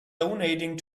donating